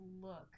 look